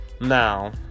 Now